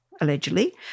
allegedly